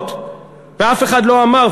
ואף אחד לא אמר,